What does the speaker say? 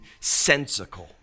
sensical